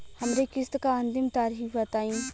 हमरे किस्त क अंतिम तारीख बताईं?